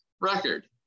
record